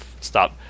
stop